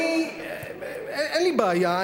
אין לי בעיה,